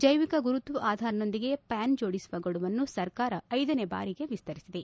ಜೈವಿಕ ಗುರುತು ಆಧಾರ್ನೊಂದಿಗೆ ಪ್ವಾನ್ ಜೋಡಿಸುವ ಗಡುವನ್ನು ಸರ್ಕಾರ ಐದನೇ ಬಾರಿಗೆ ವಿಸ್ತರಿಸಿದೆ